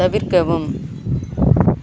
தவிர்க்கவும்